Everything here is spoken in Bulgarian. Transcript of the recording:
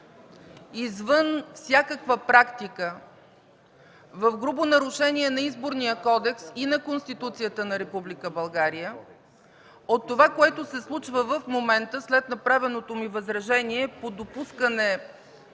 извън всякаква практика в грубо нарушение на Изборния кодекс и на Конституцията на Република България, от това, което се случва в момента, след направеното ми възражение по допускане